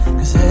Cause